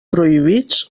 prohibits